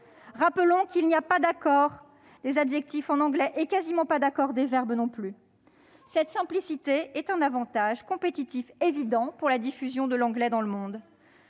Rappelons qu'il n'y a pas d'accord des adjectifs en anglais et quasiment pas d'accord des verbes non plus. Cette simplicité est un avantage compétitif évident pour la diffusion de l'anglais dans le monde.